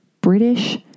British